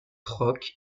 rock